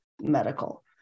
medical